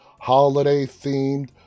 holiday-themed